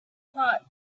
parts